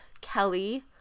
Kelly